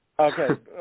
Okay